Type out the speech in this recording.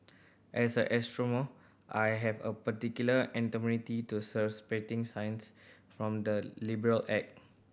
as an astronomer I have a particular antipathy to separating science from the liberal